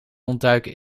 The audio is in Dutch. ontduiken